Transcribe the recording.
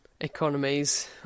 economies